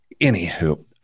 Anywho